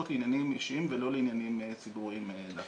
לעניינים אישיים ולא לעניינים ציבוריים דווקא.